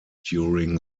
during